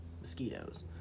Mosquitoes